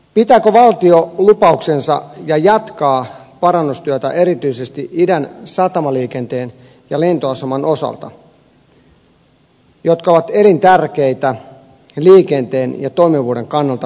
pitääkö valtio lupauksensa ja jatkaa parannustyötä erityisesti idän satamaliikenteen ja lentoaseman osalta jotka ovat elintärkeitä liikenteen toimivuuden kannalta pääkaupunkiseudulla